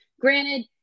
Granted